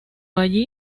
allí